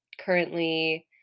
Currently